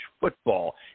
football